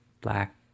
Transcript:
black